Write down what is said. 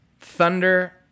thunder